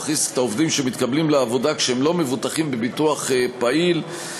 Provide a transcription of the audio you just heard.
risk את העובדים שמתקבלים לעבודה כשהם לא מבוטחים בביטוח פעיל,